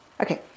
Okay